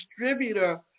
distributor